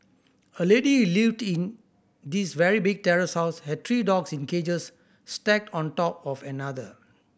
a lady lived in this very big terrace house had three dogs in cages stacked on top of another